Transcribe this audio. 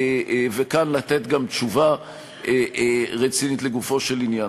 וכאן גם לתת תשובה רצינית לגופו של עניין.